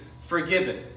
forgiven